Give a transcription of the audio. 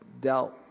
dealt